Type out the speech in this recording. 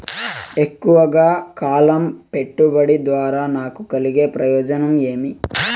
ఎక్కువగా కాలం పెట్టుబడి ద్వారా నాకు కలిగే ప్రయోజనం ఏమి?